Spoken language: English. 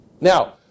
Now